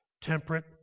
temperate